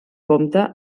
compte